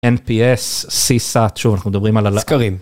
NPS, CSAT שוב אנחנו מדברים על הסקרים.